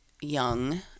young